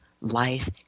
life